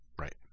Right